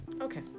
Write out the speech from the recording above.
Okay